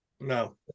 No